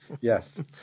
Yes